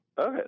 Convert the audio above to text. Okay